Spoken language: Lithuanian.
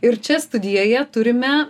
ir čia studijoje turime